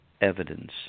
evidence